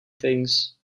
things